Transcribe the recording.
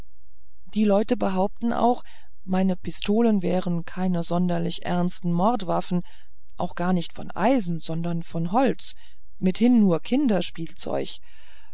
die leute behaupteten auch meine pistolen wären keine sonderlich ernste mordwaffen auch gar nicht von eisen sondern von holz mithin nur kinderspielzeug